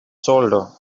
shoulder